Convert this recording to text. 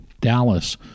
Dallas